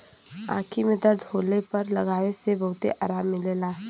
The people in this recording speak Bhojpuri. आंखी में दर्द होले पर लगावे से बहुते आराम मिलला